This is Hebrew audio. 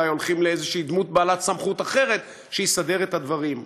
או אולי הולכים לאיזושהי דמות אחרת בעלת סמכות שתסדר את הדברים.